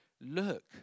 Look